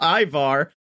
Ivar